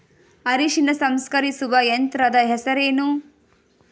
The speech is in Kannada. ಅರಿಶಿನ ಸಂಸ್ಕರಿಸುವ ಯಂತ್ರದ ಹೆಸರೇನು?